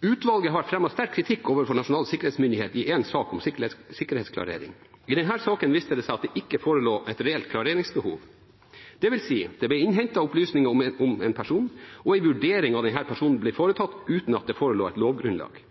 Utvalget har fremmet sterk kritikk overfor Nasjonal sikkerhetsmyndighet i én sak om sikkerhetsklarering. I denne saken viste det seg at det ikke forelå et reelt klareringsbehov. Det vil si: Det ble innhentet opplysninger om en person, og en vurdering av denne personen ble foretatt uten at det forelå et lovgrunnlag.